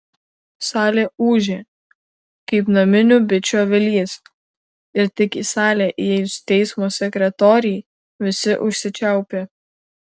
salė ūžė kaip naminių bičių avilys ir tik į salę įėjus teismo sekretorei visi užsičiaupė